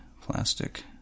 plastic